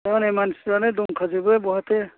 तारमाने मानसिफ्रानो दंखाजोबो बहाथो